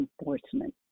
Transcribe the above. enforcement